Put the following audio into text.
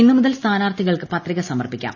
ഇന്ന് മുതൽ സ്ഥാനാർത്ഥികൾക്ക് പത്രിക സമർപ്പിക്കാം